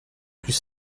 plus